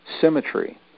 symmetry